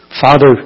Father